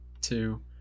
two